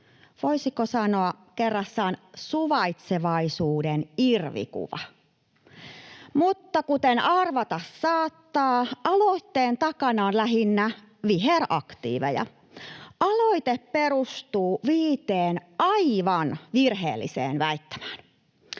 Voisiko sanoa: kerrassaan suvaitsevaisuuden irvikuva. Mutta, kuten arvata saattaa, aloitteen takana on lähinnä viheraktiiveja. Aloite perustuu viiteen aivan virheelliseen väittämään.